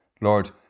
Lord